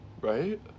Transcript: right